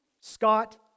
Scott